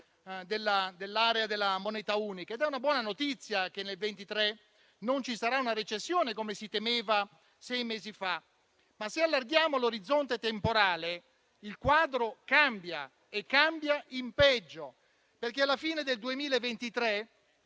dell'area della moneta unica). Ed è una buona notizia che nel 2023 non ci sarà una recessione come si temeva sei mesi fa. Se però allarghiamo l'orizzonte temporale, il quadro cambia in peggio, perché alla fine del 2023